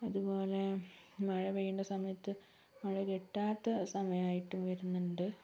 അതുപോലെ മഴ പെയ്യേണ്ടസമയത്ത് മഴ കിട്ടാത്ത സമയായിട്ടും വരുന്നുണ്ട്